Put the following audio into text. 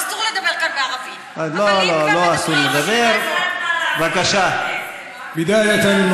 אסור לדבר כאן בערבית,